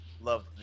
love